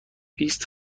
بیست